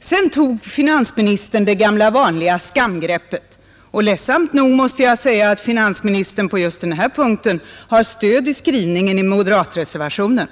Sedan tog finansministern det gamla vanliga skamgreppet, och ledsamt nog måste jag säga att finansministern på just den här punkten har stöd i skrivningen i moderatreservationen.